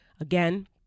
Again